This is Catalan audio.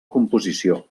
composició